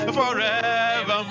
forever